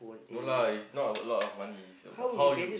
no lah it's not about a lot of money it's about how you